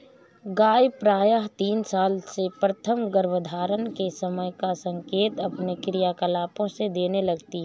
गाय प्रायः तीन साल में प्रथम गर्भधारण के समय का संकेत अपने क्रियाकलापों से देने लगती हैं